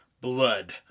blood